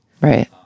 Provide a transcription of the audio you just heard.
right